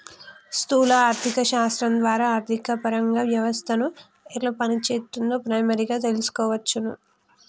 స్థూల ఆర్థిక శాస్త్రం ద్వారా ఆర్థికపరంగా వ్యవస్థను ఎట్లా పనిచేత్తుందో ప్రైమరీగా తెల్సుకోవచ్చును